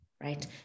right